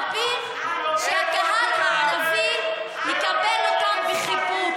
כאילו הם מצפים שהקהל הערבי יקבל אותם בחיבוק.